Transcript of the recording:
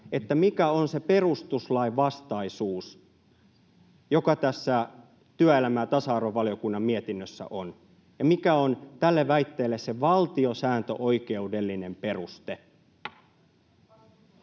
niistä, mikä on se perustuslainvastaisuus, joka tässä työelämä- ja tasa-arvovaliokunnan mietinnössä on, ja mikä on tälle väitteelle se valtiosääntöoikeudellinen peruste.